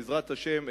בעזרת השם,